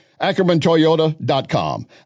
AckermanToyota.com